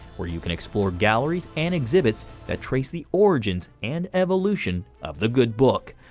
where you can explore galleries and exhibits that trace the origins and evolution of the good book.